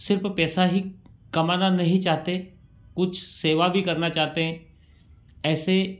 सिर्फ पैसा ही कमाना नहीं चाहते कुछ सेवा भी करना चाहते हैं ऐसे